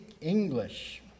English